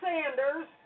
Sanders